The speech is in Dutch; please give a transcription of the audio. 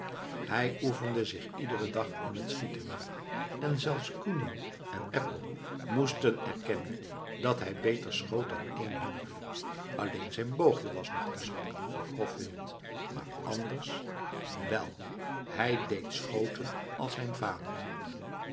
hij oefende zich iederen dag in het schieten en zelfs kuno en eppo moesten erkennen dat hij beter schoot dan één hunner alleen zijn boogje was nog te zwak voor grof wild maar anders wel hij deed schoten als zijn vader